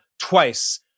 twice